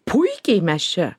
puikiai mes čia